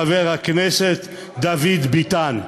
חבר הכנסת דוד ביטן,